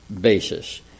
basis